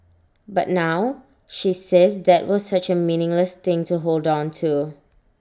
but now she says that was such A meaningless thing to hold on to